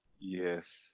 Yes